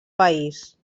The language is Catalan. país